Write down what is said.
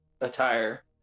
attire